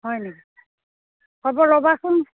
হয় নেকি হ'ব ৰ'বাচোন